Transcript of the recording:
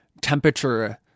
temperature